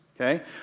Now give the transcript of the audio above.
Okay